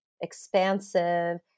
expansive